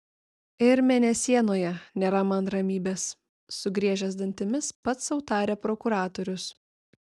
ir mėnesienoje nėra man ramybės sugriežęs dantimis pats sau tarė prokuratorius